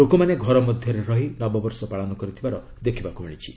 ଲୋକମାନେ ଘର ମଧ୍ୟରେ ରହି ନବବର୍ଷ ପାଳନ କରିଥିବାର ଦେଖିବାକୃ ମିଳିଛି